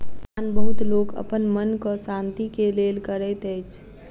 दान बहुत लोक अपन मनक शान्ति के लेल करैत अछि